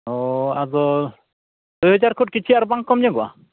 ᱚ ᱟᱫᱚ ᱫᱩ ᱦᱟᱡᱟᱨ ᱠᱷᱚᱱ ᱠᱤᱪᱷᱩ ᱟᱨ ᱵᱟᱝ ᱠᱚᱢᱧᱚᱜᱚᱜᱼᱟ